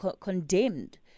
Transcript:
condemned